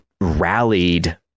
rallied